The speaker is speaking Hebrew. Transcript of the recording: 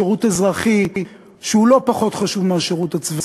שירות אזרחי,